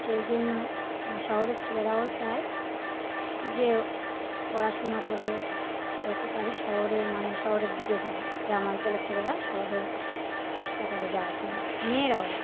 সেই জন্য মানে শহরের ছেলেরাও চায় যে পড়াশুনো করে যত পারি শহরে মানে শহরের দিকে যায় গ্রাম অঞ্চলের ছেলেরা শহরে চেষ্টা করে যাওয়ার জন্য মেয়েরাও